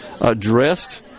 addressed